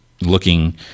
looking